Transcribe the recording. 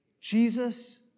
Jesus